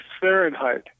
Fahrenheit